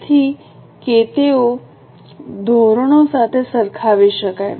તેથી કે તેઓ ધોરણો સાથે સરખાવી શકાય